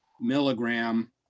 milligram